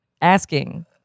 Asking